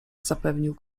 zapewnił